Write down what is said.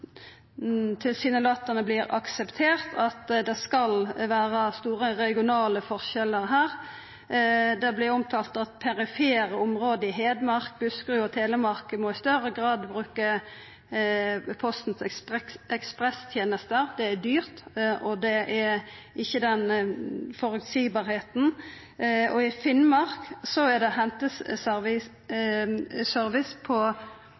akseptert at det skal vera store regionale forskjellar her. Det vert omtalt at perifere område i «Hedmark, Buskerud og Telemark må i større grad» bruka Postens ekspresstenester. Det er dyrt, og det er ikkje føreseieleg. I Finnmark er det etablert henteservice på